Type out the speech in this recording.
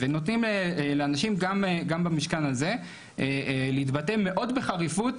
ונותנים לאנשים גם במשכן הזה להתבטא מאוד בחריפות,